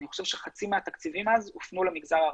אני חושב שחצי מהתקציבים אז הופנו למגזר הערבי.